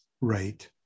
Right